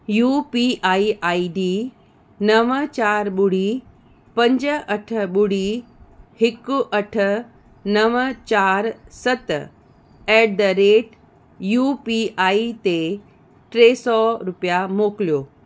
U P I I D नवं चारि ॿुड़ी पंज अठ ॿुड़ी हिकु अठ नवं चारि सत at the rate U P I ते टे सौ रुपिया मोकिलियो